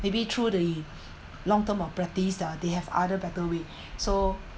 maybe through the long term of practice uh they have other better way so